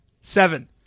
Seven